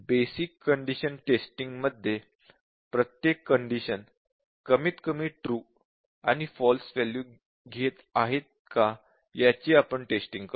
basic condition testing मध्ये प्रत्येक condition कमीत कमी ट्रू आणि फॉल्स वॅल्यू घेत आहे का याची आपण टेस्टिंग करतो